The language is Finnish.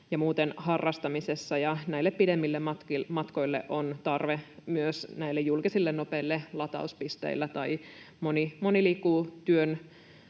muuten harrastamisessa, ja näille pidemmille matkoille on tarve myös julkisille nopeille latauspisteille, tai moni liikkuu työn